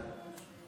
אתה צודק.